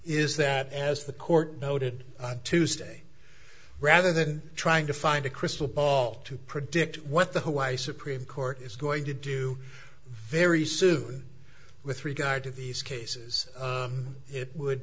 is that as the court noted tuesday rather than trying to find a crystal ball to predict what the why supreme court is going to do very soon with regard to these cases it would